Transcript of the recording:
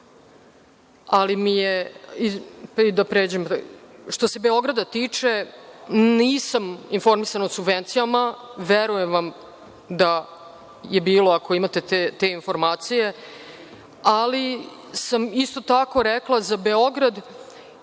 nije mala stavka. Što se Beograda tiče, nisam informisana o subvencijama, verujem vam da je bilo, ako imate te informacije, ali sam isto tako rekla za Beograd